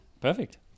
Perfect